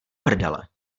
prdele